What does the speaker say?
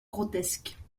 grotesques